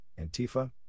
Antifa